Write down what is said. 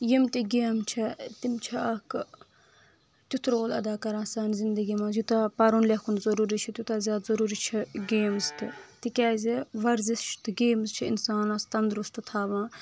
یِم تہِ گیمہٕ چھِ تِم چھِ اکھ تِیُتھ رول ادا کران سانہِ زندگی منٛز یوٗتاہ پرُن لیٚکھُن ضروٗری چھُ تیوٗتاہ زیادٕ ضروٗری چھُ گیمز تہِ تِکیٛازِ ورزِش تہٕ گیمٕز چھِ انسانس تندرست تھاوان